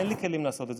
אין לי כלים לעשות את זה.